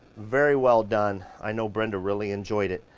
very well done i know brenda really enjoyed it.